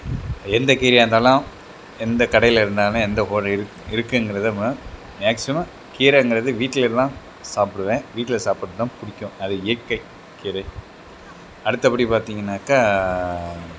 அது எந்த கீரையாக இருந்தாலும் எந்த கடையில் இருந்தாலும் எந்த இருக்குங்கிறத மோ மேக்ஸிமம் கீரைங்கிறது வீட்டுலலாம் சாப்பிடுவேன் வீட்டில் சாப்பிடுறதுதான் பிடிக்கும் அது இயற்கை கீரை அடுத்த படி பார்த்திங்கனாக்கா